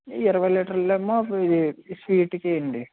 ఇరవై లీటర్ లు ఏమో ఇది స్వీట్ కి అండి